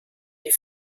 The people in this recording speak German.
die